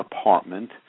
apartment